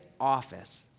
office